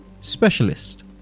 specialist